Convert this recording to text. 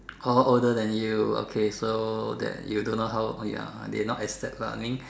how older than you okay so that you don't know how oh ya they not accept lah I mean